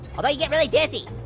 although you'd get really dizzy.